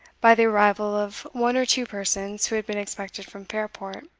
by the arrival of one or two persons who had been expected from fairport.